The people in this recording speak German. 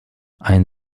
ein